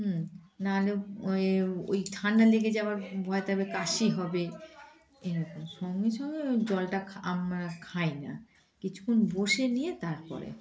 হুম নাহলে ওই ওই ঠান্ডা লেগে গেলে আবার ভয় আবার কাশি হবে এরকম সঙ্গে সঙ্গে ওই জলটা আমরা খাই না কিছুক্ষণ বসে নিয়ে তারপরে